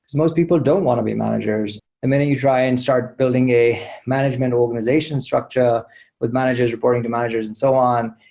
most people don't want to be managers. the and minute you try and start building a management organization structure with managers reporting to managers and so on,